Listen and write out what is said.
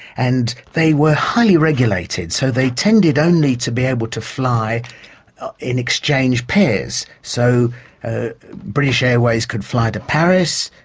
and they were highly regulated, so they tended only to be able to fly in exchange pairs. so ah british airways could fly to paris,